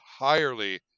Entirely